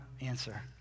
answer